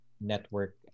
network